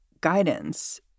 guidance